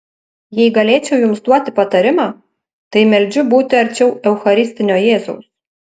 jei galėčiau jums duoti patarimą tai meldžiu būti arčiau eucharistinio jėzaus